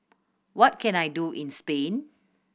what can I do in Spain